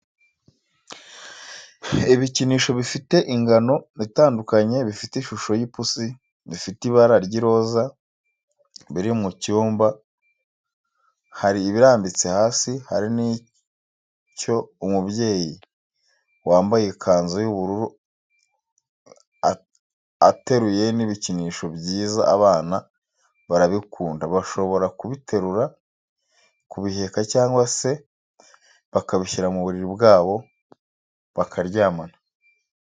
Ibikinisho bifite ingano itandukanye bifite ishusho y'ipusi, bifite ibara ry'iroza, biri mu cyumba hari ibirambitse hasi hari n'icyo umubyeyi wambaye ikanzu y'ubururu, ateruye n'ibikinisho byiza abana barabikunda bashobora kubiterura kubiheka cyangwa se bakabishyira mu buriri bwabo bakaryamana.